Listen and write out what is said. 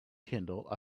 kindle